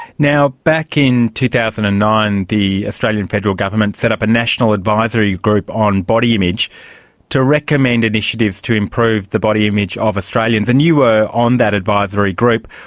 back in two thousand and nine the australian federal government set up a national advisory group on body image to recommend initiatives to improve the body image of australians, and you were on that advisory group.